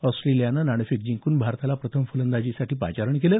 ऑस्ट्रेलियानं नाणेफेक जिंकून भारताला प्रथम फलंदाजीसाठी पाचारण केलं